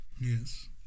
Yes